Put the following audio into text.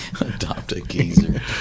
Adopt-a-Geezer